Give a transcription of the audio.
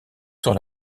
sur